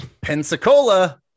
Pensacola